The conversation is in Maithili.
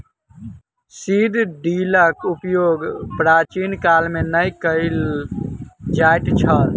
सीड ड्रीलक उपयोग प्राचीन काल मे नै कय ल जाइत छल